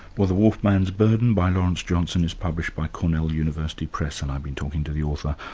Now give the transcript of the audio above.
well, the wolf man's burden by lawrence johnson is published by cornell university press, and i've been talking to the author.